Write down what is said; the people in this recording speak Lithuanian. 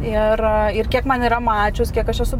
ir ir kiek man yra mačius kiek aš esu